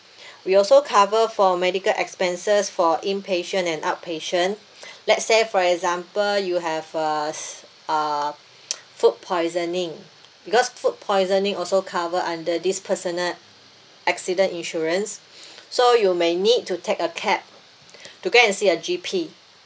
we also cover for medical expenses for inpatient and outpatient let's say for example you have uh uh food poisoning because food poisoning also cover under this personal accident insurance so you may need to take a cab to go and see a G_P